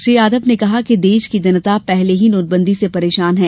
श्री यादव ने कहा कि देश की जनता पहले ही नोटबंदी से परेशान है